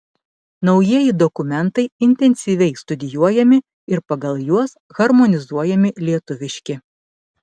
naujieji dokumentai intensyviai studijuojami ir pagal juos harmonizuojami lietuviški